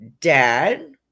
dad